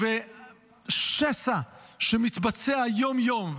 שסע שמתבצע יום-יום.